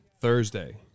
Thursday